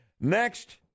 Next